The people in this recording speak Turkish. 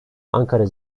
ankara